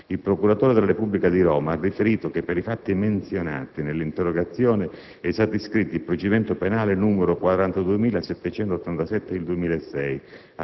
Il procuratore della Repubblica di Roma ha riferito che per i fatti menzionati nell'interrogazione è stato iscritto il procedimento penale n. 42787/ 2006,